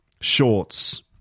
shorts